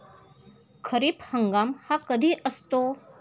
खरीप हंगाम हा कधी असतो?